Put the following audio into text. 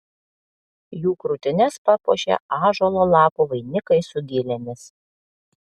jų krūtines papuošė ąžuolo lapų vainikai su gėlėmis